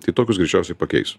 tai tokius greičiausiai pakeis